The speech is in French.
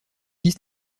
liste